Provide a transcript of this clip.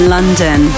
London